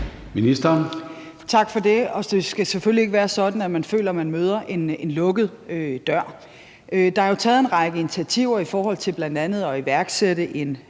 Løhde): Tak for det. Det skal selvfølgelig ikke være sådan, at man føler, at man møder en lukket dør. Der er jo taget en række initiativer i forhold til bl.a. at iværksætte en